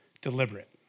deliberate